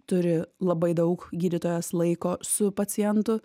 turi labai daug gydytojas laiko su pacientu